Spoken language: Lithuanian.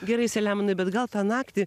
gerai selemonai bet gal tą naktį